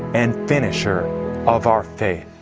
and finisher of our faith!